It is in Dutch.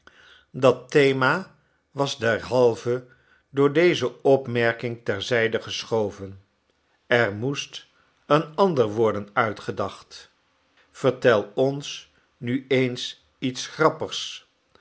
dat thema was derhalve door deze opmerking ter zijde geschoven er moest een ander worden uitgedacht vertel ons nu eens iets grappigs